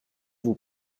vous